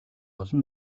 олон